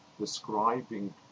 describing